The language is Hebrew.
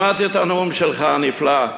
שמעתי את הנאום שלך הנפלא,